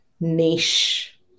niche